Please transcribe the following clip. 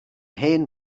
hen